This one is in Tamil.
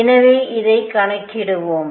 எனவே இதைக் கணக்கிடுவோம்